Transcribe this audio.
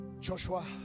joshua